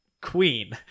Queen